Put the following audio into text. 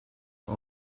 bei